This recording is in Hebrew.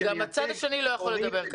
מנהלים --- גם הצד השני לא יכול לדבר ככה.